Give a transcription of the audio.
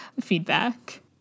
feedback